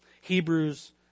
Hebrews